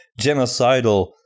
genocidal